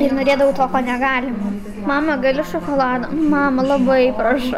ir norėdavau to ko negalima mama galiu šokolado nu mama labai praša